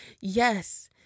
yes